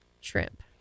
shrimp